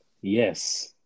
Yes